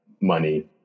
money